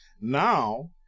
Now